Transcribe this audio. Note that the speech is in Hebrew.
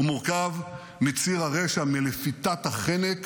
הוא מורכב מציר הרשע, מלפיתת החנק